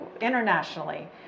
internationally